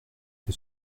que